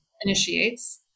initiates